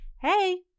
hey